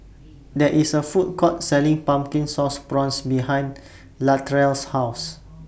There IS A Food Court Selling Pumpkin Sauce Prawns behind Latrell's House